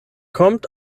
kommt